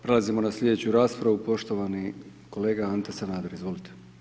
Prelazimo na slijedeću raspravu, poštovani kolega Ante Sanader, izvolite.